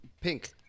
pink